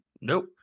Nope